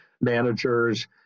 managers